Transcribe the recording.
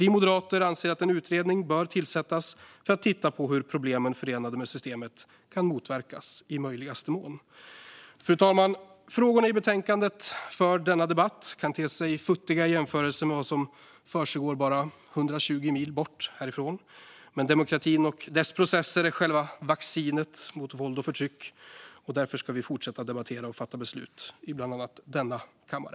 Vi moderater anser att en utredning bör tillsättas för att titta på hur problemen förenade med systemet kan motverkas i möjligaste mån. Fru talman! Frågorna i betänkandet för denna debatt kan te sig futtiga i jämförelse med vad som försiggår bara 120 mil härifrån, men demokratin och dess processer är själva vaccinet mot våld och förtryck. Därför ska vi fortsätta debattera och fatta beslut i bland annat denna kammare.